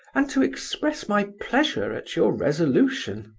and to express my pleasure at your resolution.